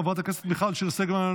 חברת הכנסת מיכל שיר סגמן,